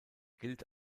gilt